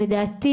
לדעתי